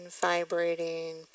vibrating